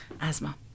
asthma